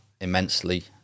immensely